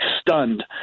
stunned